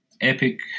Epic